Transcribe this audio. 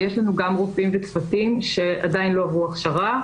ויש לנו גם רופאים וצוותים שעדיין לא עברו הכשרה.